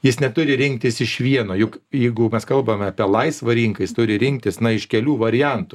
jis neturi rinktis iš vieno juk jeigu mes kalbame apie laisvą rinką jis turi rinktis na iš kelių variantų